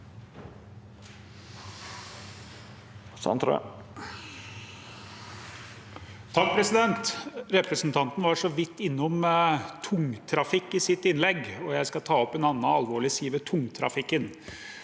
(A) Represen- tanten var så vidt innom tungtrafikk i sitt innlegg, og jeg skal ta opp en annen alvorlig side ved tungtrafikken.